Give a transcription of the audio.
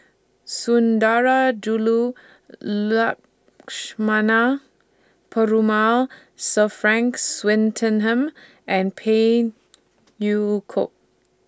Sundarajulu Lakshmana Perumal Sir Frank Swettenham and Phey Yew Kok